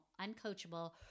uncoachable